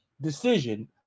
decision